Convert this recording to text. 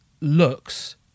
looks